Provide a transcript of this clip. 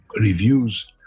reviews